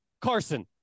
Carson